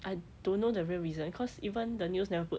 I don't know the real reason cause even the news never put